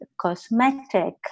cosmetic